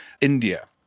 India